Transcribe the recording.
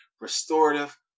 restorative